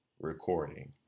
recording